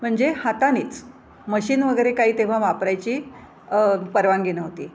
म्हणजे हातानीच मशीन वगैरे काही तेव्हा वापरायची परवानगी नव्हती